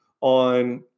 on